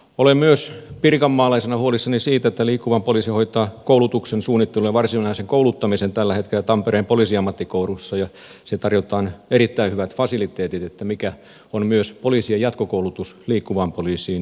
olen myös pirkanmaalaisena huolissani siitä kun liikkuva poliisi hoitaa koulutuksen suunnittelun ja varsinaisen kouluttamisen tällä hetkellä tampereen poliisiammattikorkeakoulussa joka tarjoaa erittäin hyvät fasiliteetit mikä on myös poliisien jatkokoulutus liikkuvaan poliisiin